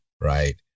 Right